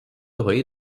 ହୋଇ